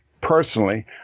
personally